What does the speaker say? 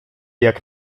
jak